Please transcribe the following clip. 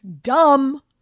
Dumb